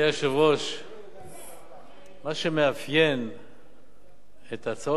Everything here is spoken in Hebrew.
מה שמאפיין את הצעות החוק של מאיר שטרית,